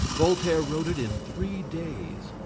voltaire wrote it in three days,